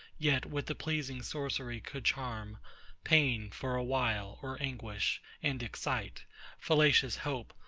yet with a pleasing sorcery could charm pain, for a while, or anguish and excite fallacious hope,